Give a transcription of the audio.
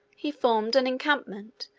he formed an encampment,